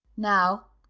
now,